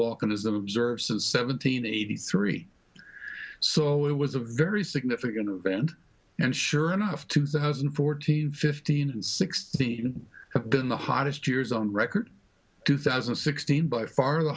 volcanism observed seventeen eighty three so it was a very significant event and sure enough two thousand and fourteen fifteen and sixteen have been the hottest years on record two thousand and sixteen by far the